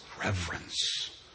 reverence